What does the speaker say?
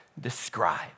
describe